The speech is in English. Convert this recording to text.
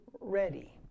ready